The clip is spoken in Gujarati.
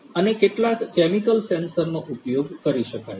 અને કેટલાક કેમિકલ સેન્સરનો ઉપયોગ કરી શકાય છે